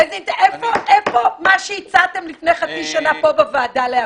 איפה מה שהצעתם לפני חצי שנה פה בוועדה להביא?